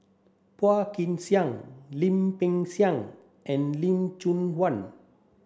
Phua Kin Siang Lim Peng Siang and Lim Chong Yah